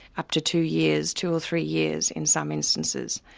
up to two years, two or three years in some instances.